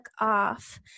off